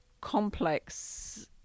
complex